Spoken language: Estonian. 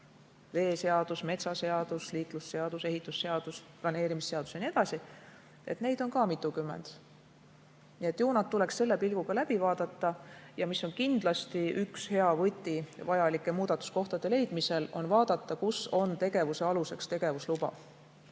veeseadus, metsaseadus, liiklusseadus, ehitusseadus, planeerimisseadus ja nii edasi –, on mitukümmend. Ju need tuleks selle pilguga läbi vaadata. Kindlasti on üks hea võti vajalike muudatuskohtade leidmisel see, kui vaadata, kus on tegevuse aluseks tegevusluba.